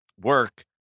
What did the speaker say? work